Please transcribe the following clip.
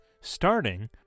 starting